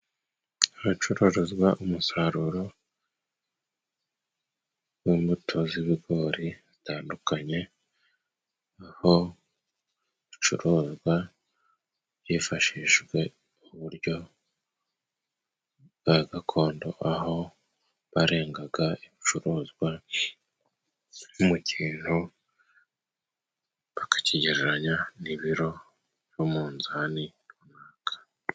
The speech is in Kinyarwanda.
Ahacururizwa umusaruro w'imbuto z'ibigori z'ibigori zitandukanye, aho ucuruzwa hifashishijwe uburyo bwa gakondo, aho barengaga ibicuruzwa mu kintu bakakigereranya n'ibiro by'umunzani runaka.